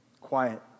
quiet